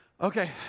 okay